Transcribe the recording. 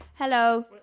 Hello